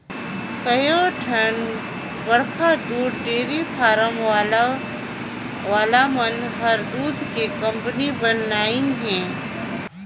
कयोठन बड़खा दूद डेयरी फारम वाला मन हर दूद के कंपनी बनाईंन हें